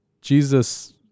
Jesus